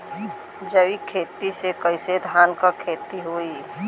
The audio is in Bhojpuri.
जैविक खेती से कईसे धान क खेती होई?